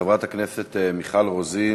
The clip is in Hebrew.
חברת הכנסת מיכל רוזין,